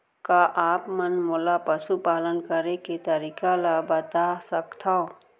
का आप मन मोला पशुपालन करे के तरीका ल बता सकथव?